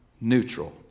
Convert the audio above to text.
neutral